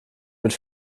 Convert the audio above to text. mit